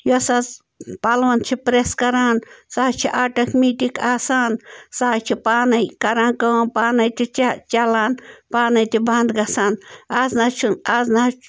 یۄس حظ پَلون چھِ پرٛٮ۪س کَران سۄ حظ چھِ آٹکمیٖٹِک آسان سۄ حظ چھِ پانَے کَران کٲم پانَے تہِ چہ چَلان پانَے تہِ بنٛد گَژھان آز نَہ حظ چھُنہٕ آز نَہ حظ